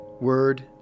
word